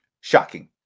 shocking